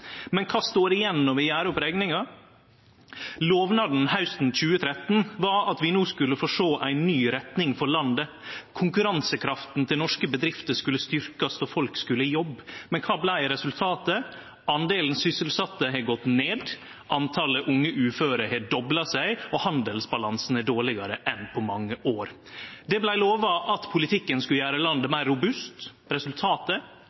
Men kva står igjen når vi gjer opp rekninga? Lovnaden hausten 2013 var at vi no skulle få sjå ei ny retning for landet. Konkurransekrafta til norske bedrifter skulle styrkjast og folk skulle i jobb. Men kva vart resultatet? Delen sysselsette har gått ned, talet på unge uføre har dobla seg, og handelsbalansen er dårlegare enn på mange år. Det vart lova at politikken skulle gjere landet meir robust. Resultatet?